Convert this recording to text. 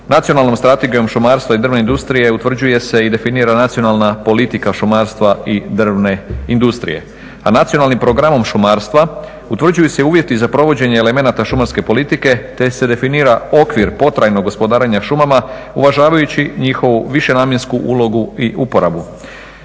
Nacionalnom strategijom šumarstva i drvne industrije utvrđuje se i definira Nacionalna politika šumarstva i drvne industrije, a Nacionalnim programom šumarstva utvrđuju se uvjeti za provođenje elemenata šumarske politike te se definira okvir potrajnog gospodarenja šumama uvažavajući njihovu višenamjensku ulogu i uporabu.